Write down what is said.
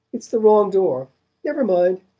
it's the wrong door never mind,